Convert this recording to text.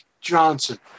Johnson